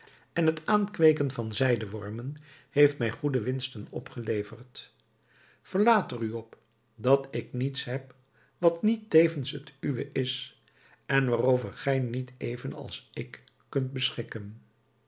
en het aankweeken van zijdewormen heeft mij goede winsten opgeleverd verlaat er u op dat ik niets heb wat niet tevens het uwe is en waarover gij niet even als ik kunt beschikken